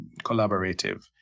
collaborative